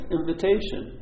invitation